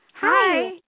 Hi